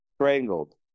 strangled